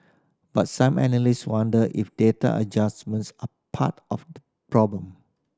but some analysts wonder if data adjustments are part of problem